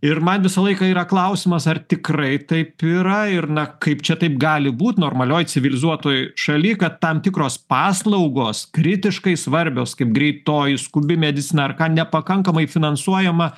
ir man visą laiką yra klausimas ar tikrai taip yra ir na kaip čia taip gali būt normalioj civilizuotoj šaly kad tam tikros paslaugos kritiškai svarbios kaip greitoji skubi medicina ar ką nepakankamai finansuojama